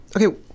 Okay